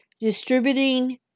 distributing